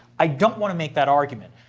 i don't want to make that argument.